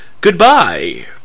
goodbye